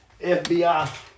FBI